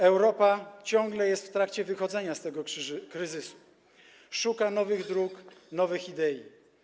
Europa ciągle jest w trakcie wychodzenia z tego kryzysu, szuka nowych dróg, nowych idei.